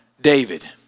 David